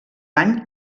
any